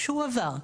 והוא עבר.